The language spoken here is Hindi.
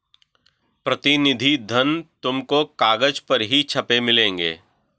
प्रतिनिधि धन तुमको कागज पर ही छपे मिलेंगे